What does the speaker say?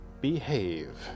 Behave